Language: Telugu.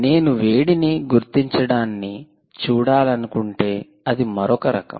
నేను వేడిని గుర్తించడాన్ని చూడాలనుకుంటే అది మరొక రకం